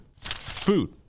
food